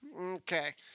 Okay